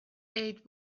عید